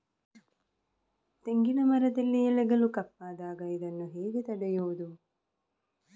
ತೆಂಗಿನ ಮರದಲ್ಲಿ ಎಲೆಗಳು ಕಪ್ಪಾದಾಗ ಇದನ್ನು ಹೇಗೆ ತಡೆಯುವುದು?